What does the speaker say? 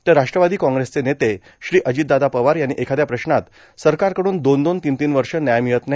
तर राष्ट्रवादी काँग्रेसचे नेते श्री अजितदादा पवार यांनी एखादया प्रश्नात सरकारकडून दोन दोन तीन तीन वर्ष न्याय मिळत नाही